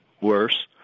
worse